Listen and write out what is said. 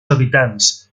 habitants